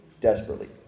Desperately